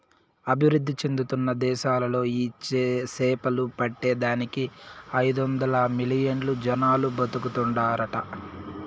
అభివృద్ధి చెందుతున్న దేశాలలో ఈ సేపలు పట్టే దానికి ఐదొందలు మిలియన్లు జనాలు బతుకుతాండారట